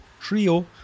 Trio